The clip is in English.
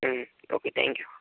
okay thank you